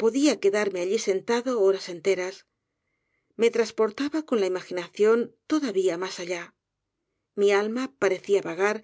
podia quedarme allí sentado horas enter a s me trasportaba con la imaginación todavía mas allá mi alma parecía vagar